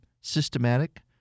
systematic